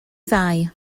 ddau